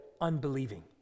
unbelieving